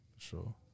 Sure